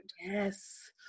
Yes